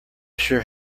sure